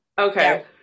Okay